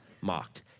mocked